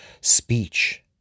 speech